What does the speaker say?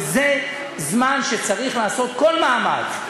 וזה זמן שצריך לעשות כל מאמץ,